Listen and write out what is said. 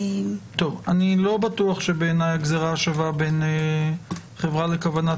אני לא בטוח שבעיניי הגזירה השווה בין חברה לכוונת